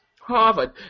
Harvard